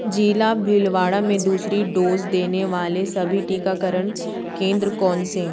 ज़िला भीलवाड़ा में दूसरी डोज़ देने वाले सभी टीकाकरण केंद्र कौन से हैं